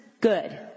good